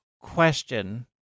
question